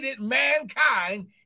mankind